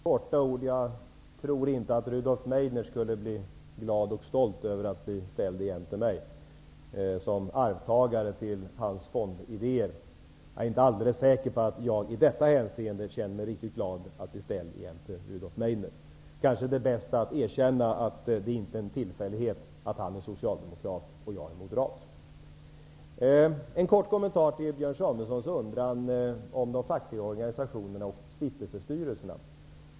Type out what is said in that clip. Herr talman! Kort bara: Jag tror inte Rudolf Meidner skulle bli glad och stolt över att bli ställd jämte mig, såsom arvtagare till hans fondidéer. Jag är inte alldeles säker på att jag i detta hänseende känner mig glad att bli ställd jämte Rudolf Det kanske är bäst att erkänna att det inte är en tillfällighet att han är socialdemokrat och jag moderat. En kort kommentar till Björn Samuelsons undran om de fackliga organisationerna och stiftelsestyrelserna.